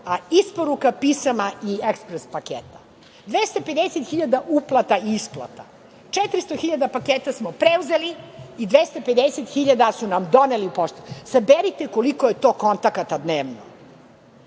isporuka pisama i ekspres paketa, 250.000 uplata i isplata, 400.000 paketa smo preuzeli i 250.000 su nam doneli u Poštu. Saberite koliko je to kontakata dnevno. Posle